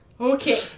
Okay